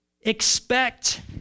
expect